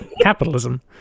capitalism